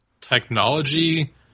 technology